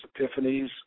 Epiphanies